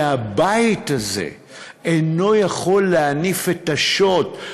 שהבית הזה אינו יכול להניף את השוט,